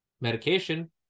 medication